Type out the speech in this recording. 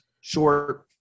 short